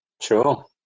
Sure